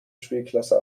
spielklasse